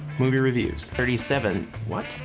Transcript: movie reviews thirty seven. what?